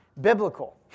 biblical